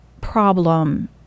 problem